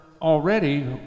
already